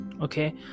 okay